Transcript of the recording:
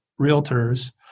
realtors